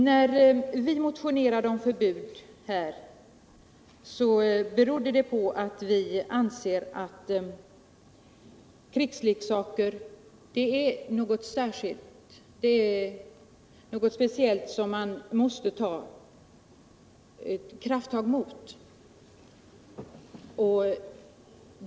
Att vi har motionerat om förbud beror på att vi anser att krigsleksaker är något speciellt, som man måste ta ett krafttag mot.